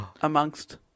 amongst